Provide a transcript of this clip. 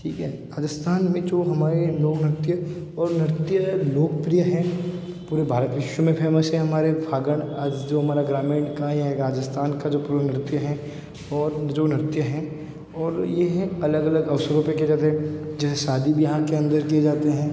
ठीक है राजस्थान में जो हमारे नौ नृत्य और नृत्य लोकप्रिय हैं पूरे भारत विश्व में फेमश हैं हमारे फ़ाल्गुन जो हमारा ग्रामीण का यह राजस्थान का जो पूरा नृत्य हैं और जो नृत्य हैं और यह अलग अलग अवसरों पर किया जाता है जैसे शादी विवाह के अंदर किए जाते हैं